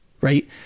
right